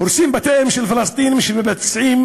הורסים בתיהם של פלסטינים שמבצעים